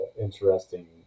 interesting